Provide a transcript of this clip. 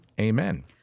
Amen